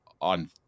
on